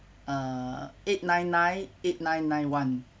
uh eight nine nine eight nine nine one